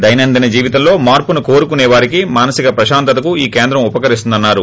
దైనందిన జీవితంలో మార్చును కోరుకుసేవారికి మానసిక ప్రశాంతతకు ఈ కేంద్రం ఉపకరిస్తుందన్నారు